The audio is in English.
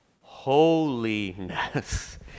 Holiness